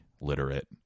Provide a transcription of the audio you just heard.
literate